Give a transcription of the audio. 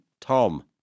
Tom